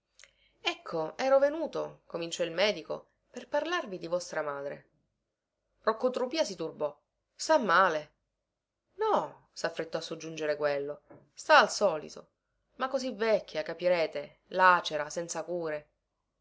ecco ero venuto cominciò il medico per parlarvi di vostra madre rocco trupìa si turbò sta male no saffrettò a soggiungere quello sta al solito ma così vecchia capirete lacera senza cure